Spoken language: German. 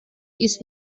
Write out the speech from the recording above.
ist